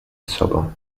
sobą